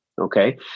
okay